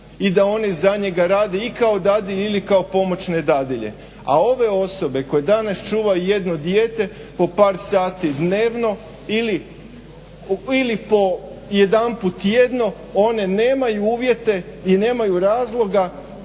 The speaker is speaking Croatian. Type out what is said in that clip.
i da one za njega rade i kao dadilje ili kao pomoćne dadilje. A ove osobe koje danas čuvaju jedno dijete po par sati dnevno ili po jedanput tjedno, one nemaju uvjete i nemaju razloga